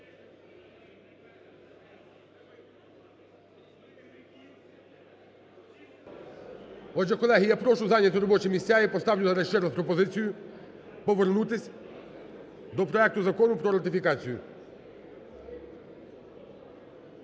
Отже, колеги, я прошу зайняти робочі місця. Я поставлю зараз ще раз пропозицію повернутись до проекту Закону про ратифікацію.